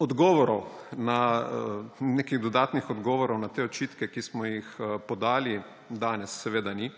Odgovorov, nekih dodatnih odgovorov na te očitke, ki smo jih podali, danes seveda ni.